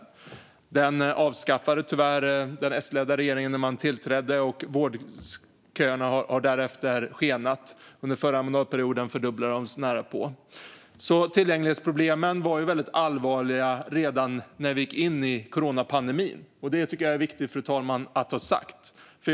Tyvärr avskaffade den S-ledda regeringen den när man tillträdde, och vårdköerna har därefter ökat i en skenande takt. Under förra mandatperioden närapå fördubblades de. Tillgänglighetsproblemen var allvarliga redan före coronapandemin. Det är viktigt att ha sagt det, fru talman.